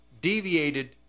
deviated